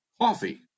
coffee